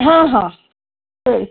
ಹಾಂ ಹಾಂ ಹೇಳಿ